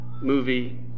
movie